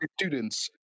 students